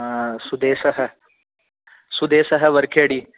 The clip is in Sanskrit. सुदेशः सुदेशः वरखेडी